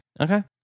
Okay